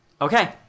Okay